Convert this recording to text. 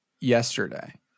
Yesterday